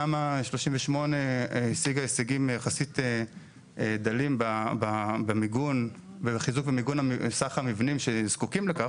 תמ"א 38 השיגה השגים יחסית דלים בחיזוק ומיגון סך המבנים שזקוקים לכך.